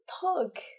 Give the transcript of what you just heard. Talk